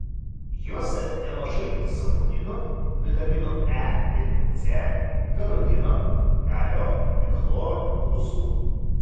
jose nemažai saponinų vitaminų e ir c karotino kalio ir chloro druskų